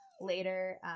Later